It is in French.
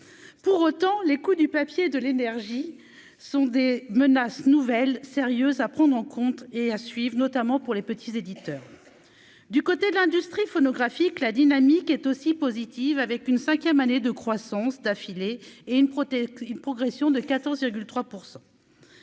pour autant les coûts du papier, de l'énergie sont des menaces nouvelles sérieux à prendre en compte et à suivre notamment pour les petits éditeurs du côté de l'industrie phonographique, la dynamique est aussi positive, avec une 5ème année de croissance d'affilée et une protection,